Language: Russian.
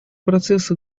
процесса